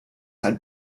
had